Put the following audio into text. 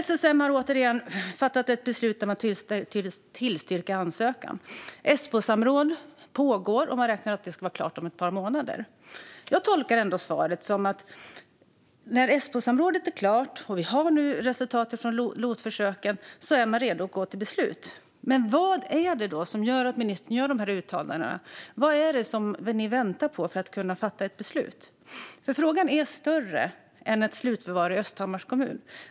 SSM har återigen fattat ett beslut där ansökan tillstyrks. Esbosamråd pågår, och det beräknas vara klart om ett par månader. Jag tolkar svaret som att när Esbosamrådet är klart och vi har resultatet från LOT-försöken är man redo att gå till beslut. Men vad är det som gör att ministern gör dessa uttalanden? Vad är det man väntar på för att kunna fatta ett beslut? Frågan är större än ett slutförvar i Östhammars kommun.